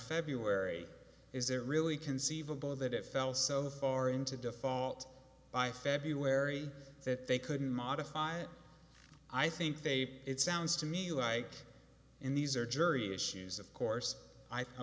february is there really conceivable that it fell so far into default by february that they couldn't modify it i think they put it sounds to me like in these or jury issues of course i